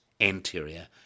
anterior